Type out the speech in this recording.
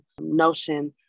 notion